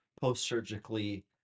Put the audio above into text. post-surgically